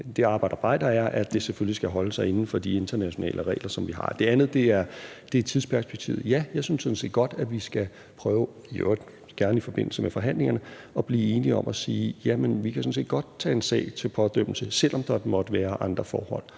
det aber dabei, der er, nemlig at det selvfølgelig skal holde sig inden for de internationale regler, som vi har. Dernæst er det om tidsperspektivet: Ja, jeg synes sådan set godt, at vi skal prøve, i øvrigt gerne i forbindelse med forhandlingerne, at blive enige om at sige: Jamen vi kan sådan set godt tage en sag til pådømmelse, selv om der måtte være andre forhold,